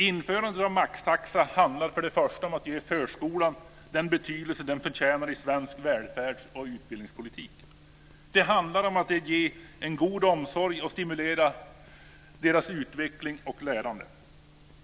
Införandet av maxtaxa handlar för det första om att ge förskolan den betydelse den förtjänar i svensk välfärds och utbildningspolitik. Det handlar om att ge barn en god omsorg och stimulera deras utveckling och lärande.